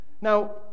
Now